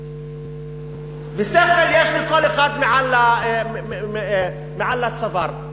ושכל יש לכל אחד מעל הצוואר,